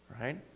right